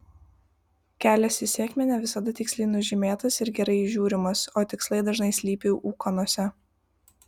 kelias į sėkmę ne visada tiksliai nužymėtas ir gerai įžiūrimas o tikslai dažnai slypi ūkanose